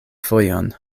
fojon